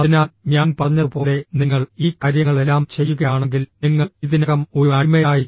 അതിനാൽ ഞാൻ പറഞ്ഞതുപോലെ നിങ്ങൾ ഈ കാര്യങ്ങളെല്ലാം ചെയ്യുകയാണെങ്കിൽ നിങ്ങൾ ഇതിനകം ഒരു അടിമയായി